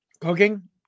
cooking